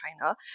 china